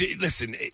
listen